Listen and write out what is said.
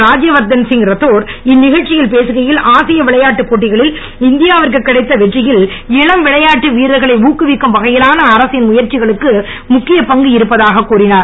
ராஜ்யவர்தன் சிங் இந்நிகழ்ச்சியில் பேசுகையில் ஆசிய விளையாட்டுப் போட்டிகளில் இந்தியாவிற்கு கிடைத்த வெற்றியில் இளம் விளையாட்டு வீரர்களை ஊக்குவிக்கும் வகையிலான அரசின் முயற்சிகளுக்கு முக்கியப் பங்கு இருப்பதாக கூறினார்